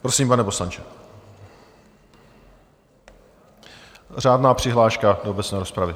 Prosím, pane poslanče, řádná přihláška do obecné rozpravy.